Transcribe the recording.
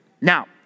Now